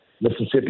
Mississippi